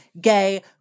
gay